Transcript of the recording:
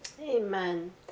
Amen